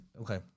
Okay